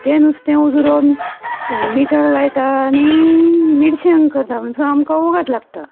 तें नुस्तें उजरोन मिठाक लायता आनी मिरसांग करता म्हणसर आमकां वोगोत लागता